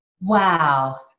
Wow